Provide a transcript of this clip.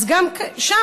אז גם שם,